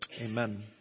Amen